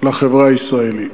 לחברה הישראלית.